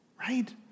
right